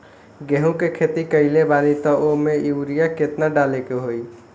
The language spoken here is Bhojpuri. गेहूं के खेती कइले बानी त वो में युरिया केतना डाले के होई?